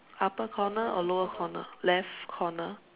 upper corner or lower corner left corner